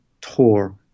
TOR